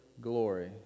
glory